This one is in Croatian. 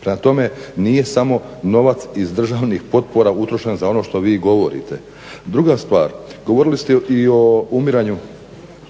Prema tome, nije samo novac iz državnih potpora utrošen za ono što vi govorite. Druga stvar, govorili ste i o